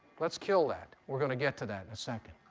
let's kill that. we're going to get to that in a second.